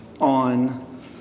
on